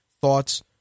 thoughts